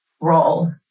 role